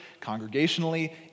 congregationally